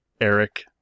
Eric